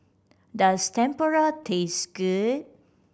does Tempura taste good